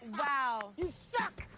wow. you suck!